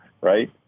right